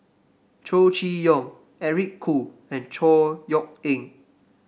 Chow Chee Yong Eric Khoo and Chor Yeok Eng